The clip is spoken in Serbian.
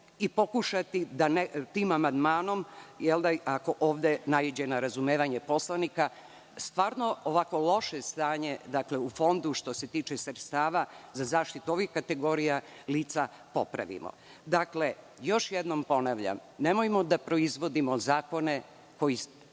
i pokušati da tim amandmanom, ako ovde naiđe na razumevanje poslanika, stvarno ovako loše stanje u Fondu što se tiče sredstava za zaštitu ovih kategorija lica popravilo. Dakle, još jednom ponavljam, nemojmo da proizvodimo zakone koji